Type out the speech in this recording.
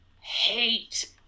hate